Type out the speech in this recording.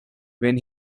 when